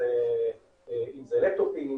אם לאפ-טופים,